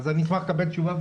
אשמח לקבל תשובה.